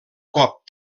cop